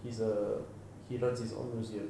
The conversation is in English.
he's a he runs his own museum